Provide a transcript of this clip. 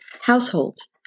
households